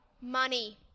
Money